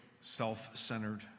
self-centered